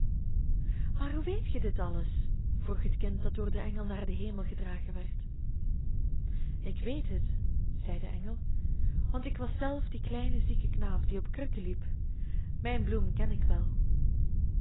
maar hoe weet ge dit alles vroeg het kind dat door den engel naar den hemel gedragen werd ik weet het zei de engel want ik was zelf die kleine zieke knaap die op krukken liep mijn bloem ken ik wel